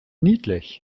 niedlich